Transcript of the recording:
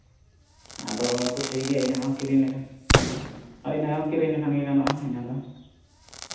ᱟᱫᱚ ᱦᱚᱭᱛᱳ ᱴᱷᱤᱠ ᱜᱮᱭᱟ ᱤᱱᱟᱹ ᱦᱚᱸ ᱠᱤᱨᱤᱧ ᱞᱮᱠᱟᱱ ᱤᱱᱟᱹ ᱦᱚᱸ ᱠᱤᱨᱤᱧ ᱞᱮᱠᱷᱟᱱ ᱫᱚ ᱜᱟᱱᱚᱜᱼᱟ ᱤᱱᱟᱹ ᱫᱚ